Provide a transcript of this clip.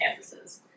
campuses